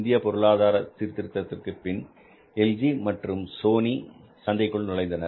இந்திய பொருளாதாரம் சீர்திருத்தத்திற்கு பின் எல்ஜி மற்றும் சோனி சந்தைக்குள் நுழைந்தனர்